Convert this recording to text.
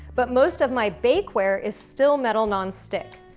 but most of my bake ware is still metal non-stick.